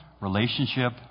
Relationship